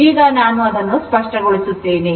ಈಗ ನಾನು ಅದನ್ನು ಸ್ಪಷ್ಟಗೊಳಿಸುತ್ತೇನೆ